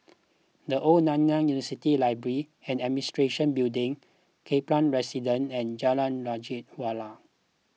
the Old Nanyang University Library and Administration Building Kaplan Residence and Jalan Raja Wali